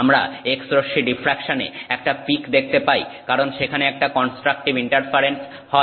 আমরা X রশ্মি ডিফ্রাকশনে একটা পিক দেখতে পাই কারণ সেখানে একটা কনস্ট্রাকটিভ ইন্টারফারেন্স হয়